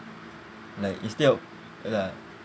like instead of li~